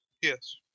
Yes